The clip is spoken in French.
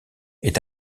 est